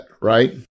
right